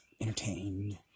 entertained